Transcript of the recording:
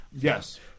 yes